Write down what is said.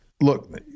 look